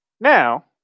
Now